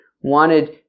wanted